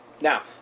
Now